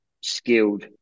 skilled